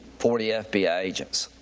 forty yeah fbi agents.